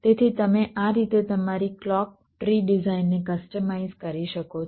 તેથી તમે આ રીતે તમારી ક્લૉક ટ્રી ડિઝાઇનને કસ્ટમાઇઝ કરી શકો છો